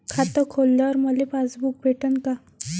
खातं खोलल्यावर मले पासबुक भेटन का?